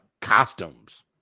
costumes